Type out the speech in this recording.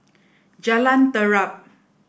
Jalan Terap